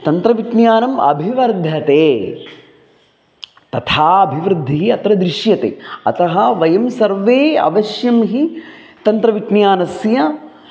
तन्त्रविज्ञानम् अभिवर्धते तथा अभिवृद्धिः अत्र दृश्यते अतः वयं सर्वे अवश्यं हि तन्त्रविज्ञानस्य